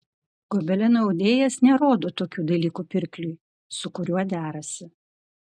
gobelenų audėjas nerodo tokių dalykų pirkliui su kuriuo derasi